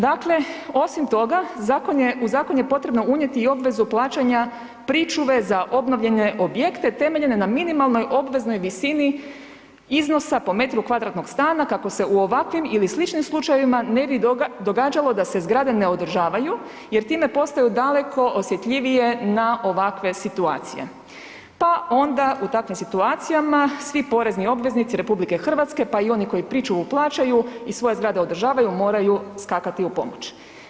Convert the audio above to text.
Dakle, osim toga zakon je, u zakon je potrebno unijeti i obvezu plaćanja pričuve za obnovljene objekte temeljene na minimalnoj obveznoj visini iznosa po metru kvadratnog stana kako se u ovakvim ili sličnim slučajevima ne bi događalo da se zgrade ne održavaju jer time postaju daleko osjetljivije na ovakve situacije, pa onda u takvim situacijama svi porezni obveznici RH, pa i oni koji pričuvu plaćaju i svoje zgrade održavaju moraju skakati u pomoć.